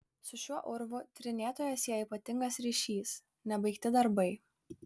su šiuo urvu tyrinėtoją sieja ypatingas ryšys nebaigti darbai